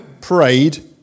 prayed